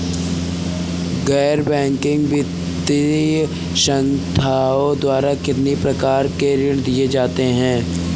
गैर बैंकिंग वित्तीय संस्थाओं द्वारा कितनी प्रकार के ऋण दिए जाते हैं?